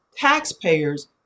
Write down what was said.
taxpayers